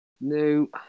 No